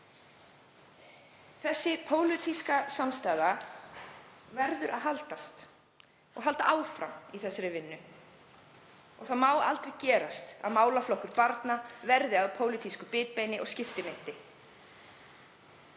Sú pólitíska samstaða verður að halda áfram í þessari vinnu. Það má aldrei gerast að málaflokkur barna verði að pólitísku bitbeini og skiptimynt.